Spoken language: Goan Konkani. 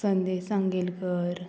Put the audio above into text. संदेश सांगेलकर